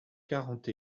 quarante